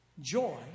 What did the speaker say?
joy